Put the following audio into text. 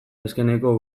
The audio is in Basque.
azkeneko